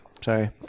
Sorry